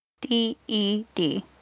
D-E-D